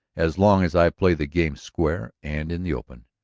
as long as i play the game square and in the open,